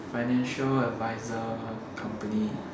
financial adviser company